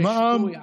הרישוי עצמו.